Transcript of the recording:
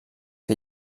que